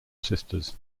sisters